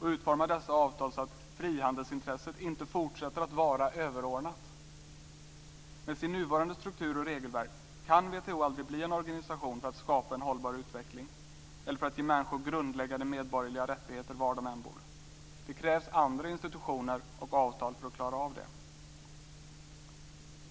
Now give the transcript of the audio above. och utformar dessa avtal så att frihandelsintresset inte fortsätter att vara överordnat. Med sin nuvarande struktur och regelverk kan WTO aldrig bli en organisation för att skapa en hållbar utveckling eller att ge människor grundläggande medborgerliga rättigheter var de än bor. Det krävs andra institutioner och avtal för att klara av det.